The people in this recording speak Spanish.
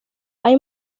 hay